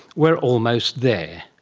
we're almost there.